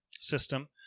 system